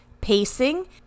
pacing